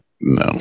No